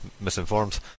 misinformed